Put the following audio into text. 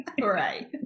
Right